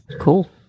Cool